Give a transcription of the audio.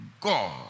God